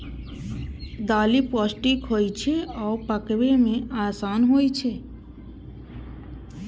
दालि पौष्टिक होइ छै आ पकबै मे आसान छै